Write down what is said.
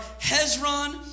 Hezron